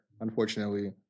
unfortunately